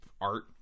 art